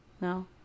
No